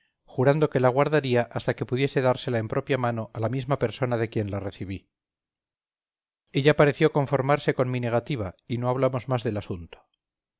jurando que la guardaría hasta que pudiese dársela en propia mano a la misma persona de quien la recibí ella pareció conformarse con mi negativa y no hablamos más del asunto